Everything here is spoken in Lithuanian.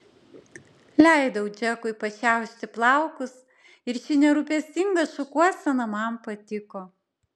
leidau džekui pašiaušti plaukus ir ši nerūpestinga šukuosena man patiko